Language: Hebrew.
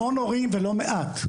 המון הורים ולא מעט,